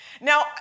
Now